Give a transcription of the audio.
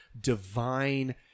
divine